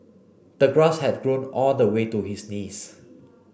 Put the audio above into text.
the grass had grown all the way to his knees